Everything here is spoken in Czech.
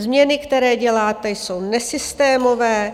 Změny, které děláte, jsou nesystémové.